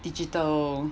digital